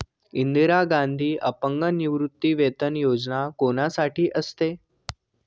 इंदिरा गांधी राष्ट्रीय अपंग निवृत्तीवेतन योजना कोणासाठी असते?